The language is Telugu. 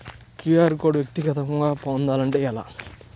క్యూ.అర్ కోడ్ వ్యక్తిగతంగా పొందాలంటే ఎలా?